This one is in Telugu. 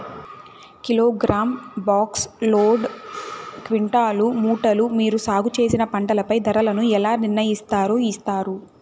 కిలోగ్రామ్, బాక్స్, లోడు, క్వింటాలు, మూటలు మీరు సాగు చేసిన పంటపై ధరలను ఎలా నిర్ణయిస్తారు యిస్తారు?